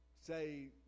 say